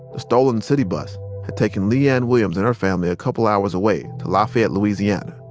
the stolen city bus had taken le-ann williams and her family a couple hours away to lafayette, louisiana.